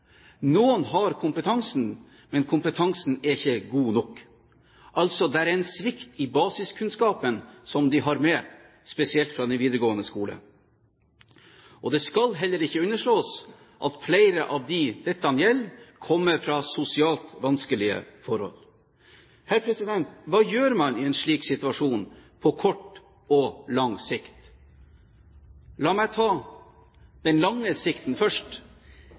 Noen har kompetansen, men kompetansen er ikke god nok. Det er altså en svikt i basiskunnskapen de har med seg, spesielt fra videregående skole. Det skal heller ikke underslås at flere av dem dette gjelder, kommer fra sosialt vanskelige forhold. Hva gjør man i en slik situasjon, på kort og på lang sikt? La meg ta det på lang sikt først: